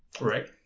Right